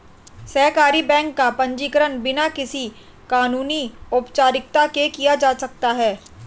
सहकारी बैंक का पंजीकरण बिना किसी कानूनी औपचारिकता के किया जा सकता है